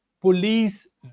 police